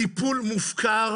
הטיפול מופקר.